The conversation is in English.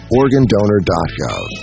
organdonor.gov